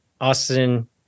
Austin